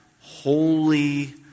holy